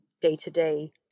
day-to-day